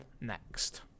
next